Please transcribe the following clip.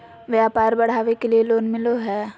व्यापार बढ़ावे के लिए लोन मिलो है?